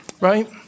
Right